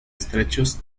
estrechos